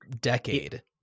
decade